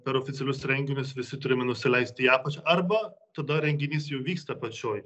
per oficialius renginius visi turime nusileisti į apačią arba tada renginys jau vyksta apačioj